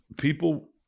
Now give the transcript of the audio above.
People